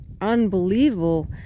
unbelievable